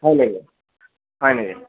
হয় নেকি হয় নেকি